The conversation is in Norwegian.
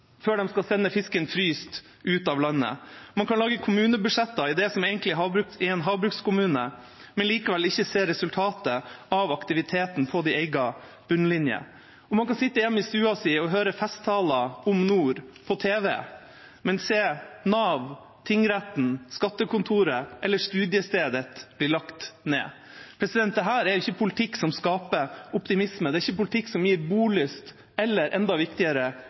før de skal sende fisken fryst ut av landet. Man kan lage kommunebudsjetter i en havbrukskommune, men likevel ikke se resultatet av aktiviteten på sin egen bunnlinje. Og man kan sitte hjemme i stua si og høre festtaler om nord på tv, men se Nav, tingretten, skattekontoret eller studiestedet sitt bli lagt ned. Dette er ikke en politikk som skaper optimisme. Det er ikke en politikk som gir bolyst eller – enda viktigere